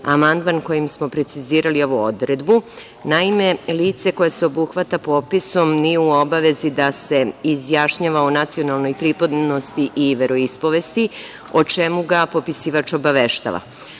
amandman kojim smo precizirali ovu odredbu. Naime, lice koje se obuhvata popisom nije u obavezi da se izjašnjava o nacionalnoj pripadnosti i veroispovesti, o čemu ga popisivač obaveštava. Slažemo